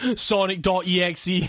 Sonic.exe